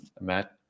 Matt